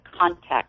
context